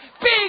big